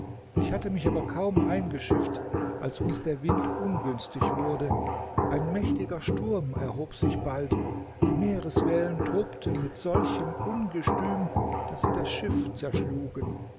ich hatte mich aber kaum eingeschifft als uns der wind ungünstig wurde ein mächtiger sturm erhob sich bald die meereswellen tobten mit solchem ungestüm daß sie das schiff zerschlugen